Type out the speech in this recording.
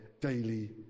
daily